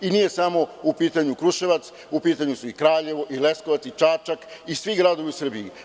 Nije samo u pitanju Kruševac, u pitanju su i Kraljevo i Leskovac i Čačak i svi gradovi u Srbiji.